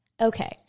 okay